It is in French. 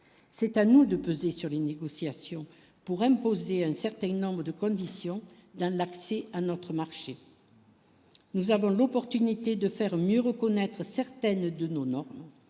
C'est à nous de peser sur les négociations pour imposer un certain nombre de conditions dans l'accès à notre marché. Nous avons l'opportunité de faire mieux reconnaître certaines de nos noms